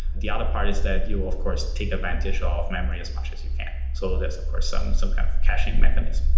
the other part is that you of course take advantage ah of memory as much as you can. so that's of course some some kind of caching mechanism.